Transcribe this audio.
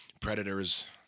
predators